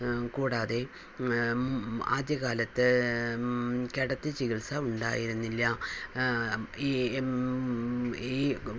കൂടാതെ ആദ്യകാലത്ത് കിടത്തി ചികിത്സ ഉണ്ടായിരുന്നില്ല ഈ